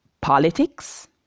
politics